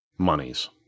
monies